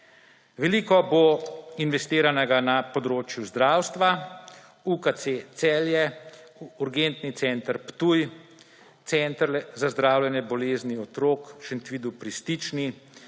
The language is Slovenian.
Veliko bo investiranega na področju zdravstva: UKC Celje, Urgentni center Ptuj, Center za zdravljenje bolezni otrok Šentvid pri Stični.